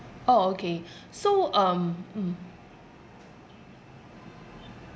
orh okay so um mm